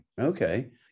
Okay